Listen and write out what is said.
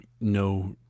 no